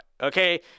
okay